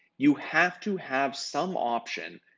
you have to have some option,